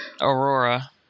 Aurora